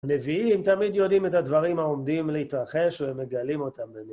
הנביאים תמיד יודעים את הדברים העומדים להתרחש ומגלים אותם...